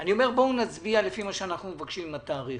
אני אומר שנצביע לפי מה שאנחנו מבקשים עם התאריך